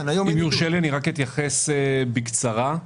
אתייחס בקצרה.